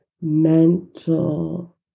mental